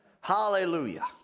Hallelujah